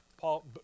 Paul